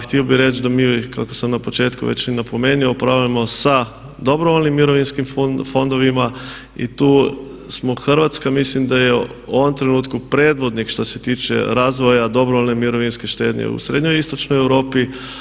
Htio bih reći da mi kako sam na početku već i napomenuo upravljamo sa dobrovoljnim mirovinskim fondovima i tu smo Hrvatska, mislim da je u ovom trenutku predvodnik što se tiče razvoja dobrovoljne mirovinske štednje u srednjoj i istočnoj Europi.